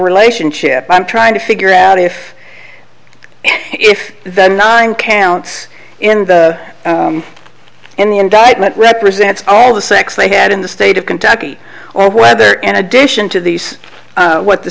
relationship i'm trying to figure out if if the nine counts in the in the indictment represents all the sex they had in the state of kentucky or whether in addition to these what the